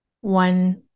one